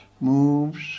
moves